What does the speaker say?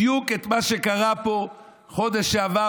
בדיוק את מה שקרה פה בחודש שעבר,